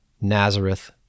Nazareth